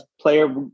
player